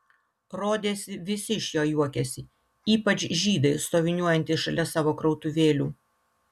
rodėsi visi iš jo juokiasi ypač žydai stoviniuojantys šalia savo krautuvėlių